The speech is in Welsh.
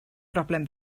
broblem